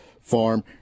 Farm